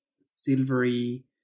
silvery